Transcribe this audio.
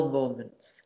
moments